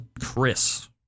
Chris